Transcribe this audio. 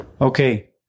Okay